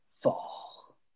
fall